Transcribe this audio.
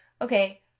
okay